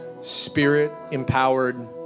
Spirit-empowered